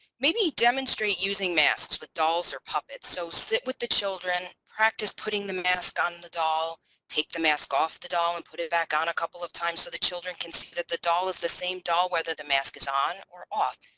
maybe demonstrate using masks with dolls or puppets so sit with the children practice putting the mask on the doll take the mask off the doll and put it back on a couple of times so the children can see that the doll is the same doll whether the mask is on or off.